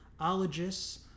ologists